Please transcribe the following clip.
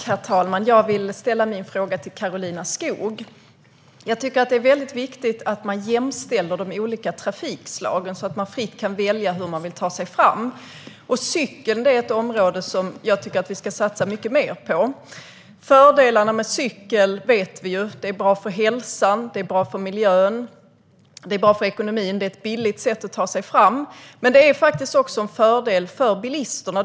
Herr talman! Jag vill ställa min fråga till Karolina Skog. Jag tycker att det är väldigt viktigt att de olika trafikslagen jämställs, så att man fritt kan välja hur man vill ta sig fram. Cykling är ett område som jag tycker att vi ska satsa mycket mer på. Fördelarna med cykling känner vi till. Det är bra för hälsan. Det är bra för miljön. Det är bra för ekonomin. Det är ett billigt sätt att ta sig fram. Men det är faktiskt också en fördel för bilisterna.